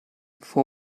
for